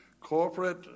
corporate